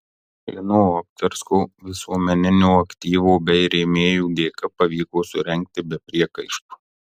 lino obcarsko visuomeninio aktyvo bei rėmėjų dėka pavyko surengti be priekaištų